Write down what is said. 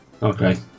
Okay